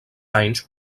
anys